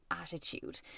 attitude